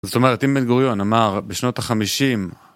זאת אומרת, אם בן גוריון אמר בשנות החמישים